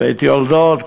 בית-יולדות,